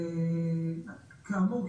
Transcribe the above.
כאמור,